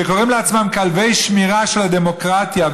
שקוראים לעצמם כלבי השמירה של הדמוקרטיה,